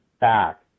back